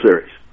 Series